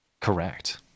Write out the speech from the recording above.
correct